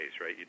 right